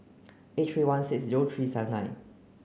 eight three one six zero three seven nine